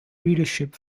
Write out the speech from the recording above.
readership